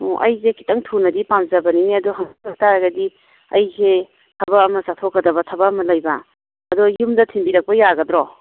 ꯎꯝ ꯑꯩꯁꯦ ꯈꯤꯇꯪ ꯊꯨꯅꯗꯤ ꯄꯥꯝꯖꯕꯅꯤꯅꯦ ꯑꯗꯣ ꯇꯥꯔꯒꯗꯤ ꯑꯩꯁꯦ ꯊꯕꯛ ꯑꯃ ꯆꯠꯊꯣꯛꯀꯗꯕ ꯊꯕꯛ ꯑꯃ ꯂꯩꯕ ꯑꯗꯣ ꯌꯨꯝꯗ ꯊꯤꯟꯕꯤꯔꯛꯄ ꯌꯥꯒꯗ꯭ꯔꯣ